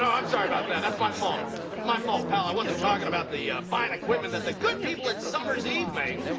i'm sorry about that. that's my fault. that's my fault, pal. i wasn't talking about the, ah, fine equipment that the good people at summer's eve make.